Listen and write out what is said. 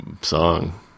song